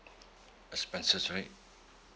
expenses right